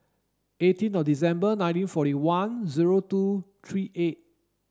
eighteen of December nineteen forty one zero two three eight